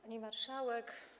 Pani Marszałek!